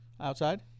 outside